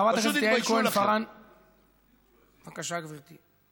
חברת הכנסת יעל כהן-פארן, בבקשה, גברתי.